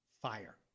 Fire